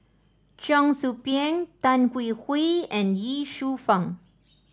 Cheong Soo Pieng Tan Hwee Hwee and Ye Shufang